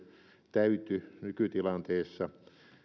täyty nykytilanteessa